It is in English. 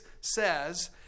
says